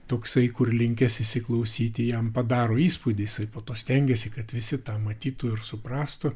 toksai kur linkęs įsiklausyti jam padaro įspūdį jisai po to stengiasi kad visi tą matytų ir suprastų